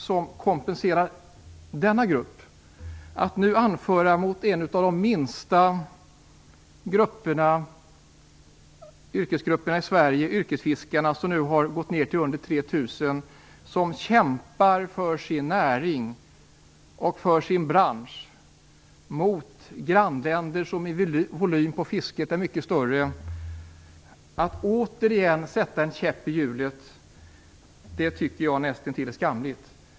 Att återigen sätta käppar i hjulen för en av de minsta yrkesgrupperna, yrkesfiskarna, vilka nu är färre än 3 000 och som kämpar för sin näring och bransch mot grannländer, vars fiskevolym är mycket större, tycker jag är nästintill skamligt.